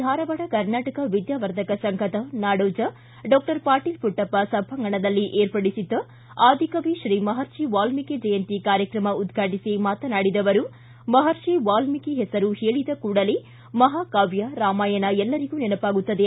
ಧಾರವಾಡದ ಕರ್ನಾಟಕ ವಿದ್ಯಾವರ್ಧಕ ಸಂಘದ ನಾಡೋಜ ಡಾಕ್ಟರ್ ಪಾಟೀಲ್ ಪುಟ್ಟಪ್ಪ ಸಭಾಂಗಣದಲ್ಲಿ ಏರ್ಪಡಿಸಿದ್ದ ಆದಿಕವಿ ಶ್ರೀ ಮಹರ್ಷಿ ವಾಲೀಕಿ ಜಯಂತಿ ಕಾರ್ಯಕ್ರಮ ಉದ್ಘಾಟಿಸಿ ಮಾತನಾಡಿದ ಅವರು ಮಹರ್ಷಿ ವಾಲೀಕಿ ಹೆಸರು ಹೇಳಿದ ಕೂಡಲೇ ಮಹಾಕಾವ್ಹ ರಾಮಾಯಣ ಎಲ್ಲರಿಗೂ ನೆನಪಾಗುತ್ತದೆ